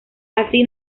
así